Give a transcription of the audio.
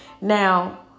Now